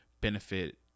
benefit